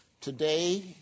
Today